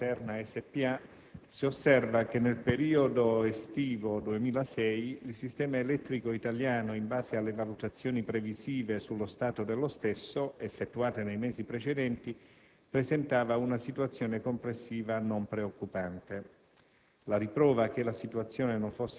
sulla base delle notizie fornite anche da Terna S.p.A., si osserva che nel periodo estivo 2006, il sistema elettrico italiano, in base alle valutazioni previsive sullo stato dello stesso, effettuate nei mesi precedenti, presentava una situazione complessiva non preoccupante.